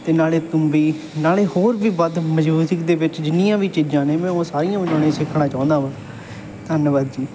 ਅਤੇ ਨਾਲੇ ਤੂੰਬੀ ਨਾਲੇ ਹੋਰ ਵੀ ਵੱਧ ਮਿਜੂਜ਼ਿਕ ਦੇ ਵਿੱਚ ਜਿੰਨੀਆਂ ਵੀ ਚੀਜ਼ਾਂ ਨੇ ਮੈਂ ਉਹ ਸਾਰੀਆਂ ਵਜਾਉਣੀਆਂ ਸਿੱਖਣਾ ਚਾਹੁੰਨਾ ਹਾਂ ਧੰਨਵਾਦ ਜੀ